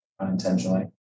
unintentionally